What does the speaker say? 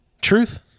truth